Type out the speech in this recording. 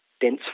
dense